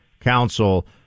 Council